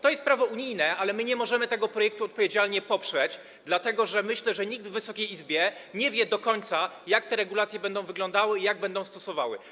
To jest prawo unijne, ale my nie możemy tego projektu odpowiedzialnie poprzeć, dlatego że, myślę, nikt w Wysokiej Izbie nie wie do końca, jak te regulacje będą wyglądały i jak będą stosowane.